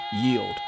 yield